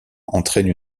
entraine